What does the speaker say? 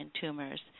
tumors